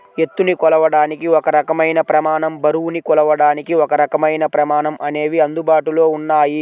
ఎత్తుని కొలవడానికి ఒక రకమైన ప్రమాణం, బరువుని కొలవడానికి ఒకరకమైన ప్రమాణం అనేవి అందుబాటులో ఉన్నాయి